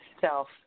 self